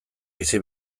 bizi